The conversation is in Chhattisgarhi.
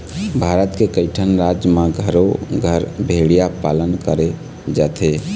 भारत के कइठन राज म घरो घर भेड़िया पालन करे जाथे